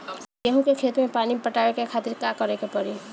गेहूँ के खेत मे पानी पटावे के खातीर का करे के परी?